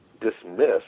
dismiss